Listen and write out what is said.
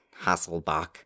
Hasselbach